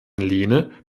lehne